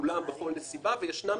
מכולם בכל נסיבה, וישנם